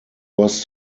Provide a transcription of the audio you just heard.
was